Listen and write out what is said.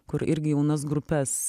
kur irgi jaunas grupes